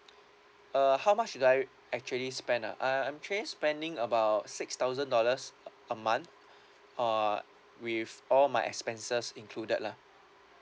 uh how much do I actually spend ah uh I'm actually spending about six thousand dollars a a month uh with all my expenses included lah